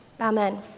Amen